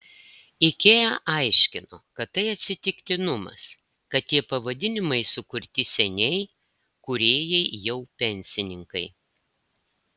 ikea aiškino kad tai atsitiktinumas kad tie pavadinimai sukurti seniai kūrėjai jau pensininkai